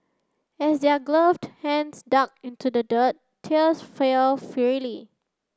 as their gloved hands dug into the dirt tears fell freely